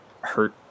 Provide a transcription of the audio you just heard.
hurt